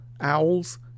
Owls